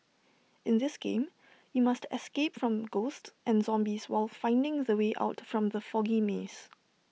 in this game you must escape from ghosts and zombies while finding the way out from the foggy maze